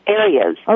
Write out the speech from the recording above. areas